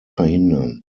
verhindern